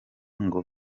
ngo